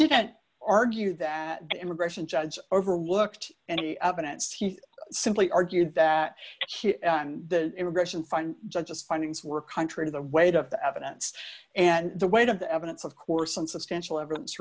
didn't argue that immigration judge overlooked any evidence he simply argued that the immigration find just findings were country to the weight of the evidence and the weight of the evidence of course on substantial evidence